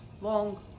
Long